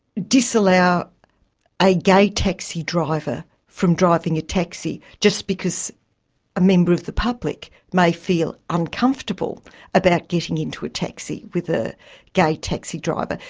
disallow a gay taxi driver from driving a taxi just because a member of the public may feel uncomfortable about getting into a taxi with a gay taxi driver.